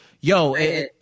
yo